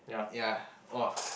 ya !wah!